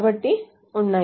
కాబట్టి ఉన్నాయి